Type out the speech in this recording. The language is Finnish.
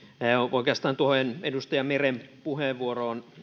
oikeastaan tuohon edustaja meren puheenvuoroon